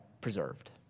preserved